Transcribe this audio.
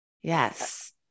yes